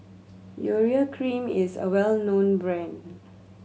Urea Cream is a well known brand